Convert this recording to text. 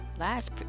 last